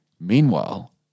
Meanwhile